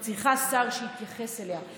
היא צריכה שר שיתייחס אליה,